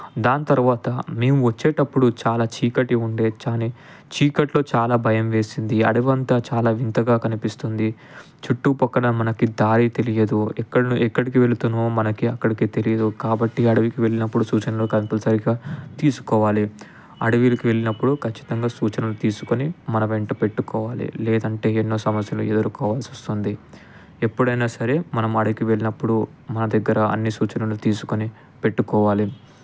దాని తర్వాత మేము వచ్చేటప్పుడు చాలా చీకటి ఉండే కాని చీకట్లో చాలా భయం వేసింది అడవి అంతా చాలా వింతగా కనిపిస్తుంది చుట్టూ పక్కల మనకి దారి తెలియదు ఎక్కడ ఎక్కడికి వెళ్తున్నాము మనకి అక్కడికి తెలియదు కాబట్టి అడవికి వెళ్ళినప్పుడు సూచనలు కంపల్సరీగా తీసుకోవాలి అడవికి వెళ్ళినప్పుడు ఖచ్చితంగా సూచనలు తీసుకుని మన వెంట పెట్టుకోవాలి లేదంటే ఎన్నో సమస్యలు ఎదుర్కోవాల్సి వస్తుంది ఎప్పుడైనా సరే మనం ఆడికి వెళ్ళినప్పుడు మన దగ్గర అన్ని సూచనలు తీసుకుని పెట్టుకోవాలి